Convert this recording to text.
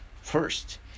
first